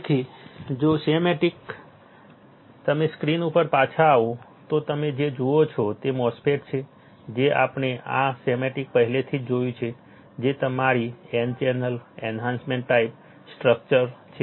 તેથી જો તમે સ્ક્રીન ઉપર પાછા આવો તો તમે જે જુઓ છો તે MOSFET છે જે આપણે આ સ્કેમેટિક પહેલેથી જ જોયું છે જે તમારી N channel enhancement type structure છે